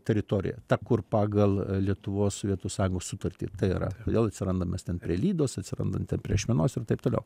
teritorija ta kur pagal lietuvos sovietų sąjungos sutartį tai yra vėl atsirandam mes ten prie lydos atsirandam ten prie ašmenos ir taip toliau